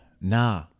Nah